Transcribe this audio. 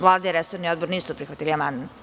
Vlada i resorni odbor nisu prihvatili amandman.